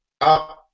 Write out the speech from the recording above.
up